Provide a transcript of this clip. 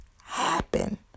happen